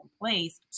place